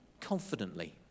confidently